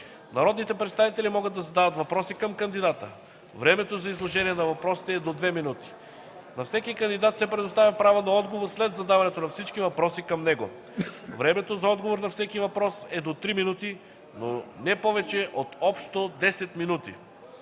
Народните представители могат да задават въпроси към кандидата. Времето за изложение на въпросите е до 2 минути. На всеки кандидат се предоставя право на отговор след задаването на всички въпроси към него. Времето за отговор на всеки въпрос е до 3 минути, но не повече от общо 10 минути.